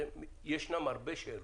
ישנן הרבה שאלות.